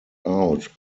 out